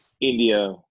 India